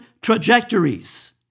trajectories